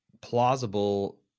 plausible